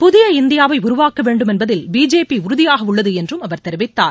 புதிய இந்தியாவை உருவாக்க வேண்டும் என்பதில் பிஜேபி உறுதியாக உள்ளது என்றும் அவர் தெரிவித்தார்